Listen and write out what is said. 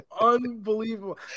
Unbelievable